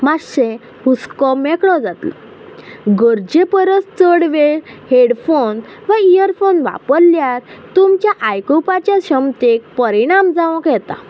मातशें हुसक्या मेकळो जातलो गरजे परस चड वेळ हेडफोन वा इयरफोन वापरल्यार तुमच्या आयकुपाच्या क्षमतेक परिणाम जावंक येता